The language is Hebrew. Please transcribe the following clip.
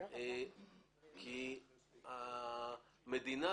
כי המדינה